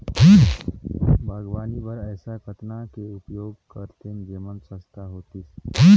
बागवानी बर ऐसा कतना के उपयोग करतेन जेमन सस्ता होतीस?